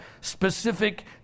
specific